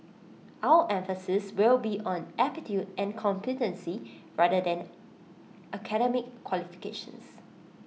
our emphasis will be on aptitude and competency rather than academic qualifications